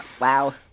Wow